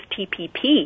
TPP